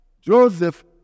Joseph